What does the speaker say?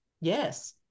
Yes